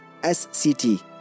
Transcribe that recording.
SCT